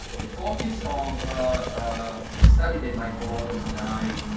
the focus of ah the study that my co-authors and i